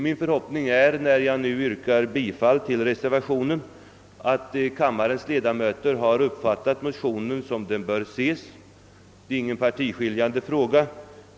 Min förhoppning, när jag nu yrkar bifall till reservationen, är att kammarens ledamöter har uppfattat motionen så som den bör uppfattas. Det är ingen partiskiljande fråga.